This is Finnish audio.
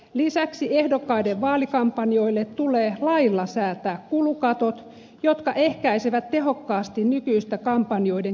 lisäksi ehdokkaiden vaalikampanjoille tulee lailla säätää kulukatot jotka ehkäisevät tehokkaasti nykyistä kampanjoiden kilpavarustelua